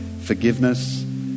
forgiveness